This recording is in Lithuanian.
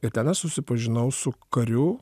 ir ten aš susipažinau su kariu